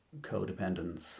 codependence